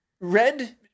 red